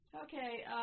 Okay